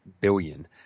billion